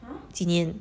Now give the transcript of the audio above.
几年